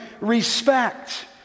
respect